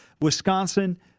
Wisconsin